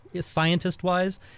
scientist-wise